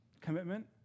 commitment